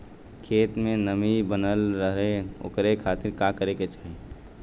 खेत में नमी बनल रहे ओकरे खाती का करे के चाही?